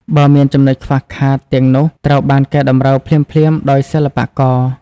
បើមានចំណុចខ្វះខាតទាំងនោះត្រូវបានកែតម្រូវភ្លាមៗដោយសិល្បករ។